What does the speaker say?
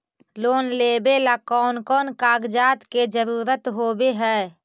Loan लेबे ला कौन कौन कागजात के जरुरत होबे है?